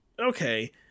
Okay